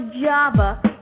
java